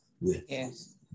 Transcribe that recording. Yes